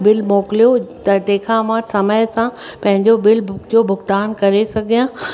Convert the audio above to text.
bill मोकिलियो त तंहिंखां मां समय सां पंहिंजो बिल जो भुगतान करे सघियां